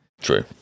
True